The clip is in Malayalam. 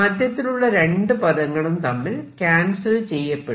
മധ്യത്തിലുള്ള രണ്ടു പദങ്ങളും തമ്മിൽ ക്യാൻസൽ ചെയ്യപ്പെടും